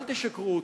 אל תשקרו לו.